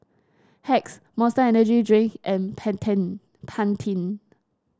Hacks Monster Energy Drink and Pantene